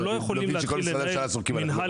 שכל משרדי הממשלה זורקים עליך,